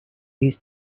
used